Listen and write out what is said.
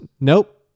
Nope